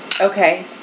Okay